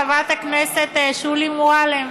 חברת הכנסת קארין אלהרר.